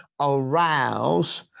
arouse